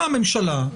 הממשלה באה,